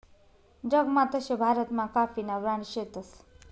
जगमा तशे भारतमा काफीना ब्रांड शेतस